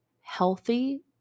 healthy